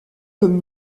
comme